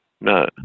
no